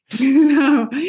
No